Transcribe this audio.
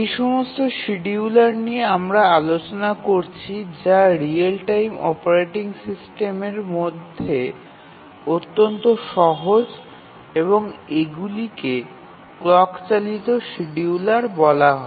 এই সমস্ত শিডিয়ুলার নিয়ে আমরা আলোচনা করছি যা রিয়েল টাইম অপারেটিং সিস্টেমগুলির মধ্যে অত্যন্ত সহজতম এবং এগুলিকে ক্লক চালিত শিডিয়ুলার বলা হয়